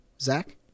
Zach